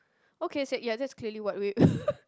okay set ya that's clearly what we